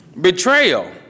Betrayal